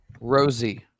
Rosie